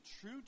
true